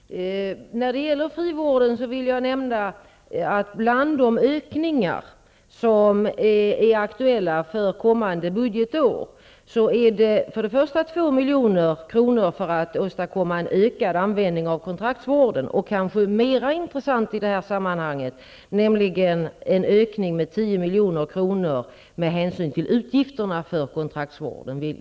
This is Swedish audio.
Herr talman! När det gäller frivården vill jag nämna att de ökningar som är aktuella för kommande budgetår är för det första en ökning med 2 milj.kr. för att åstadkomma en ökad användning av kontraktsvård, och för det andra en ökning som kanske är mer intressant i sammanhanget, nämligen en ökning med 10 milj.kr. med hänsyn till utgifterna för kontraktsvården.